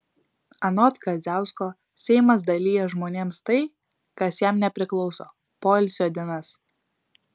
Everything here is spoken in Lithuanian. anot kadziausko seimas dalija žmonėms tai kas jam nepriklauso poilsio dienas